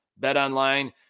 BetOnline